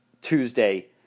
Tuesday